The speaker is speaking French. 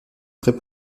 très